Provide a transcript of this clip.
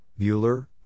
Bueller